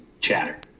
chatter